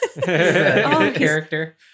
Character